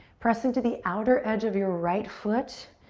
press into the outer edge of your right foot.